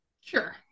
sure